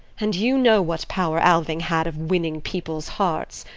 and you know what power alving had of winning people's hearts.